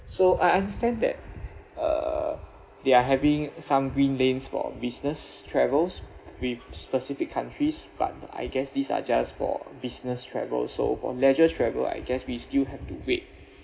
so I understand that uh they are having some green lamps for business travels with specific countries but I guess these are just for business travel so for leisure travel I guess we still have to wait